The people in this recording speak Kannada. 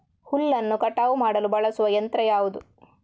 ಹುಲ್ಲನ್ನು ಕಟಾವು ಮಾಡಲು ಬಳಸುವ ಯಂತ್ರ ಯಾವುದು?